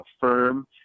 firm